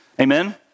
Amen